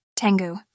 Tengu